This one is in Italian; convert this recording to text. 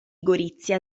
gorizia